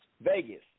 Vegas